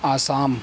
Assam